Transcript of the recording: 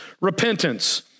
repentance